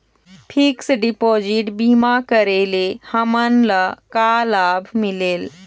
Fix deposit बीमा करे ले हमनला का लाभ मिलेल?